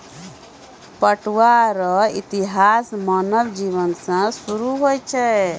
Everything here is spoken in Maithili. पटुआ रो इतिहास मानव जिवन से सुरु होय छ